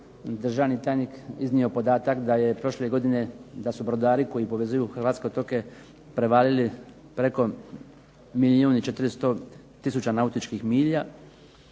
državni tajnik iznio podatak da je prošle godine, da su brodari koji povezuju hrvatske otoke prevalili preko milijun i 400 tisuća nautičkih milja